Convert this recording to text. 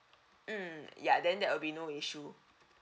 mm ya then that will be no issue